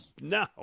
No